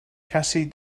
cassie